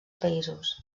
països